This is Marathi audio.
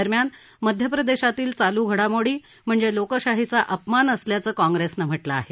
दरम्यान मध्यप्रदेशातील चालू घडामोडी म्हणजे लोकशाहीचा अपमान असल्याचं काँप्रेसनं म्हटलं आहे